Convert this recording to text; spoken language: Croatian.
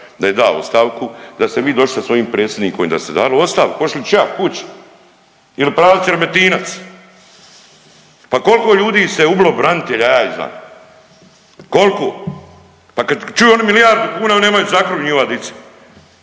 da je dao ostavku. Da ste vi došli sa svojim predsjednikom i da ste dali ostavku, ošli ča, kući ili pravac Remetinac. Pa koliko ljudi se ubilo branitelja ja ih znam, koliko? Pa kad čuju oni milijardu kuna oni nemaju za kruh njihova dica.